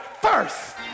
first